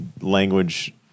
language